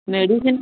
medicine